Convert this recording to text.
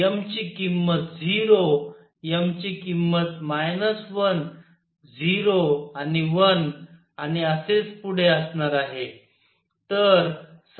m ची किंमत 0 m ची किंमत 1 0 आणि 1 आणि असेच पुढे असणार आहे